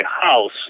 house